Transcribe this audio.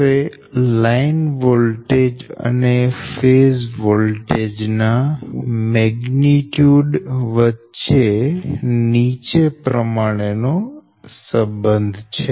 હવે line voltage અને phase voltage ના મેગ્નિટયુડ વચ્ચે નીચે પ્રમાણે નો સંબંધ છે